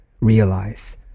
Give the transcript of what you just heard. realize